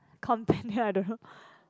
companion I don't know